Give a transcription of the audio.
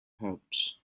hopes